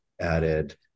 added